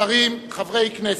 שרים, חברי הכנסת.